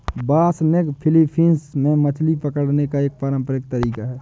बासनिग Philippines में मछली पकड़ने का एक पारंपरिक तरीका है